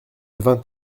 vingt